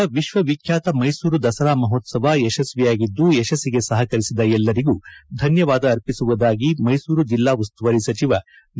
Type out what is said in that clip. ಈ ಬಾರಿಯ ವಿಶ್ವ ವಿಖ್ಯಾತ ಮೈಸೂರು ದಸರಾ ಮಹೋತ್ಸವ ಯಶಸ್ವಿಯಾಗಿದ್ದು ಯಶಸ್ನಿಗೆ ಸಹಕರಿಸಿದ ಎಲ್ಲರಿಗೂ ಧನ್ಕವಾದ ಆರ್ಟಿಸುವುದಾಗಿ ಮೈಸೂರು ಜಿಲ್ಲಾ ಉಸ್ತುವಾರಿ ಸಚಿವ ವಿ